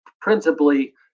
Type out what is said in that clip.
principally